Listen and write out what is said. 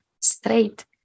straight